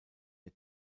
ihr